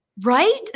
Right